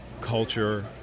culture